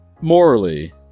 morally